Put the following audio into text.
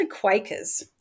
Quakers